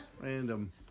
Random